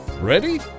Ready